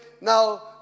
Now